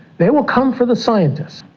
they will come for the scientists,